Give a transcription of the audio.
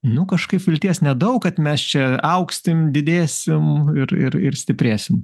nu kažkaip vilties nedaug kad mes čia augsim didėsim ir ir ir stiprėsim